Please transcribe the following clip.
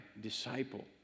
disciple